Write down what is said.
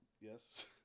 yes